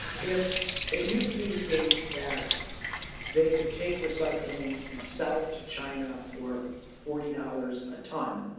if it used to be the case that they could take recycling and sell it to china for forty dollars a ton,